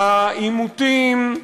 העימותים,